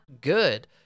good